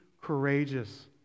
courageous